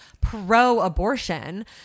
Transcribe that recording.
pro-abortion